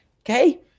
Okay